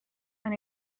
aan